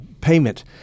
payment